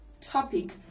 topic